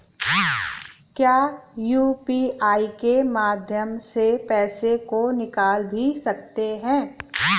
क्या यू.पी.आई के माध्यम से पैसे को निकाल भी सकते हैं?